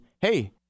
hey